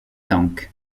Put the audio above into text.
tank